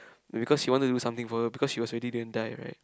no because he wanted to do something for her because she was already going die right